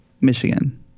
Michigan